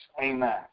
Amen